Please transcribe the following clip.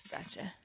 Gotcha